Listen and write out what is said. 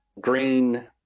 green